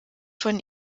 von